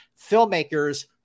filmmakers